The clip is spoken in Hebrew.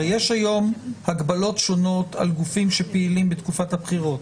הרי יש היום הגבלות שונות על גופים שפעילים בתקופת הבחירות,